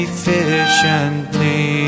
efficiently